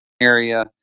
area